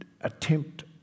attempt